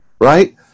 Right